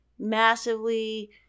Massively